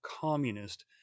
communist